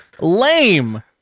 Lame